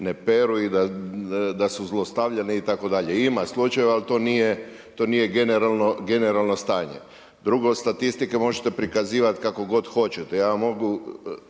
ne peru i da su zlostavljani itd. Ima slučajeva, ali to nije generalno stanje. Drugo, statistike možete prikazivati kako god hoćete.